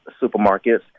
supermarkets